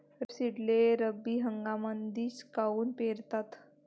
रेपसीडले रब्बी हंगामामंदीच काऊन पेरतात?